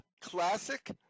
classic